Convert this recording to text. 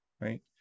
right